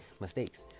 mistakes